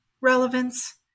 relevance